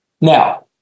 Now